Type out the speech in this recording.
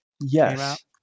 yes